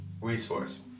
resource